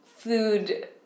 Food